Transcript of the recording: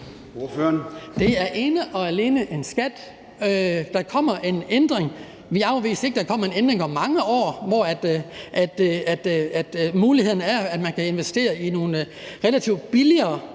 Det er ene og alene en skat. Vi afviser ikke, at der kommer en ændring om mange år, så der bliver mulighed for at investere i nogle relativt billigere